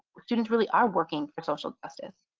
students really are working for social justice.